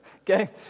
okay